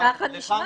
לא, זה ככה נשמע.